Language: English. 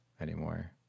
anymore